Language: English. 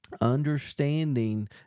understanding